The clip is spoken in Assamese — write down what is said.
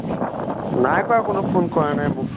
নাই কৰা কোনো ফোন কৰা নাই মোক